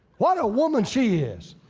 what a woman she is,